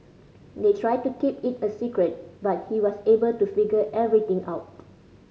they tried to keep it a secret but he was able to figure everything out